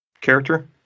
character